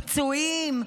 פצועים,